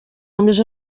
només